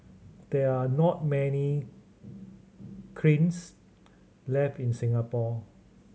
there are not many kilns left in Singapore